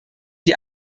die